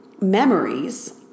memories